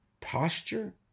posture